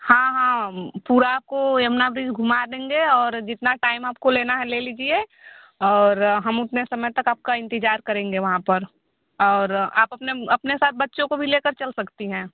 हाँ हाँ हम पूरा आपको यमुना ब्रिज घुमा देंगे और जितना टाइम आपको लेना है ले लीजिए और हम उतने समय तक आपका इंतज़ार करेंगे वहाँ पर और आप अपना मो अपने साथ बच्चों को भी लेकर चल सकती हैं